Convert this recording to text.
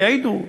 יעידו,